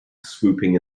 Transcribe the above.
swooping